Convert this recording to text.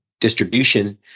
distribution